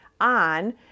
on